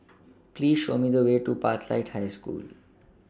Please Show Me The Way to Pathlight School